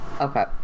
okay